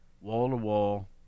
wall-to-wall